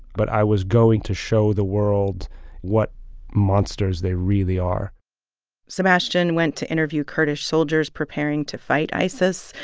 but i was going to show the world what monsters they really are sebastian went to interview kurdish soldiers preparing to fight isis.